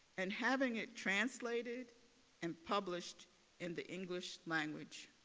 and having it translated and published in the english language.